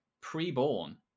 pre-born